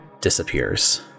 disappears